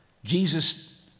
Jesus